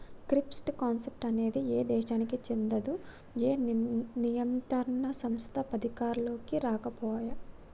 crypto currency అనేది ఏ దేశానికీ చెందదు, ఏ నియంత్రణ సంస్థ పరిధిలోకీ రాకపాయే